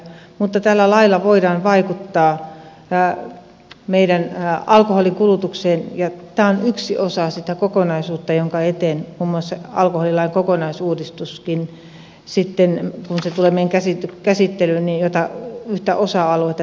mutta tällä lailla voidaan vaikuttaa meidän alkoholin kulutukseen ja tämä on yksi osa sitä kokonaisuutta jonka eteen muun muassa alkoholilain kokonaisuudistuskin sitten vaikuttaa kun se tulee meidän käsittelyyn ja tämäkin koskettaa yhtä sen osa aluetta